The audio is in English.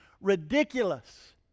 ridiculous